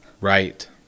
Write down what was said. right